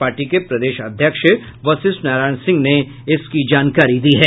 party के प्रदेश अध्यक्ष वशिष्ठ नारायण सिंह ने की इसकी जानकारी दी है